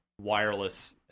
wireless